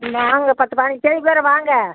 இந்த ஒரு பத்து பதினைஞ்சு தேதிக்குள்ளார வாங்க